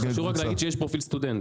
חשוב להגיד שיש פרופיל סטודנט,